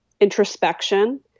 introspection